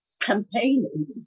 campaigning